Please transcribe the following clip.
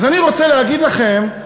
אז אני רוצה להגיד לכם,